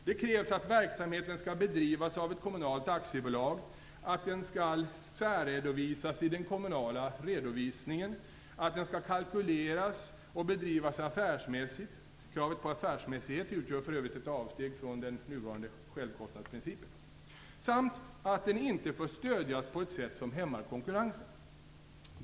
Det krävs att verksamheten skall bedrivas av ett kommunalt aktiebolag, att den skall särredovisas i den kommunala redovisningen, att den skall kalkyleras och bedrivas affärsmässigt - kravet på affärsmässighet utgör för övrigt ett avsteg från den nuvarande självkostnadsprincipen - samt att den inte får stödjas på ett sätt som hämmar konkurrensen.